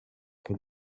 can